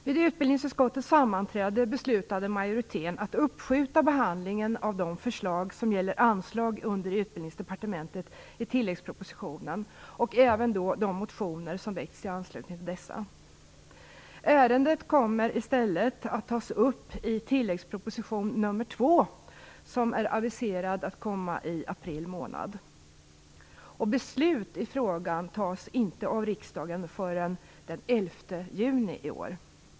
Vid utbildningsutskottets sammanträde beslutade majoriteten att uppskjuta behandlingen av de förslag som gäller anslag under Utbildningsdepartementet i tilläggspropositionen liksom även de motioner som väckts i anslutning till dessa. Ärendet kommer i stället att tas upp i tilläggsproposition nr 2, som har aviserats komma i april månad. Beslut i frågan tas inte av riksdagen förrän den 11 juni i år.